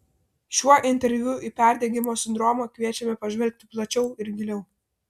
šiuo interviu į perdegimo sindromą kviečiame pažvelgti plačiau ir giliau